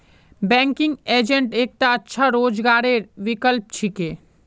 banking agent एकता अच्छा रोजगारेर विकल्प छिके